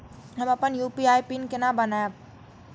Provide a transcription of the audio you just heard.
हम अपन UPI PIN केना बनैब?